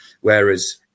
whereas